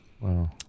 wow